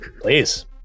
Please